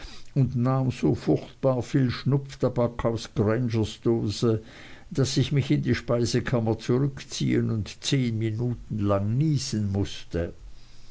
so furchtbar viel schnupftabak aus graingers dose daß ich mich in die speisekammer zurückziehen und zehn minuten lang niesen mußte